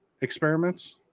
experiments